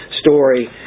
story